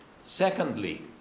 Secondly